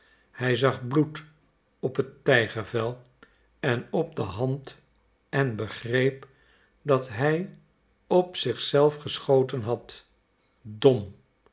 hij zag bloed op het tijgervel en op zijn hand en begreep dat hij op zich zelf geschoten had dom